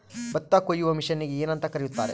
ಭತ್ತ ಕೊಯ್ಯುವ ಮಿಷನ್ನಿಗೆ ಏನಂತ ಕರೆಯುತ್ತಾರೆ?